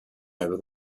over